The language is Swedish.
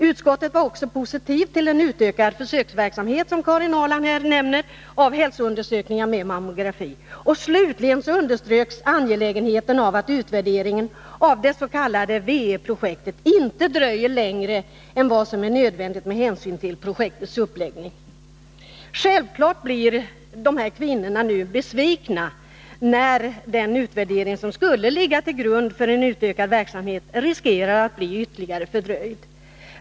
Utskottet var också positivt till en utökad försöksverksamhet med hälsoundersökningar med mammografi, som Karin Ahrland här nämnde. Slutligen underströks angelägenheten av att utvärderingen av det s.k. W-E-projektet inte dröjer längre än vad som är nödvändigt med hänsyn till projektets uppläggning. Självfallet blir dessa kvinnor nu besvikna, när den utvärdering som skulle ligga till grund för utökad verksamhet riskerar att bli ytterligare fördröjd.